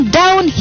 down